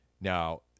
now